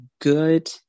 good